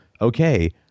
okay